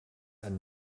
and